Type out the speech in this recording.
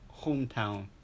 hometown